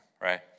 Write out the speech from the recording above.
right